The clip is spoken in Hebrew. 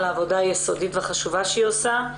על העבודה היסודית והחשובה שהיא עושה.